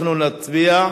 אנחנו נצביע,